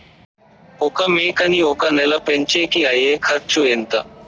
ఒక మేకని ఒక నెల పెంచేకి అయ్యే ఖర్చు ఎంత?